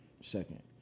second